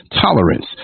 tolerance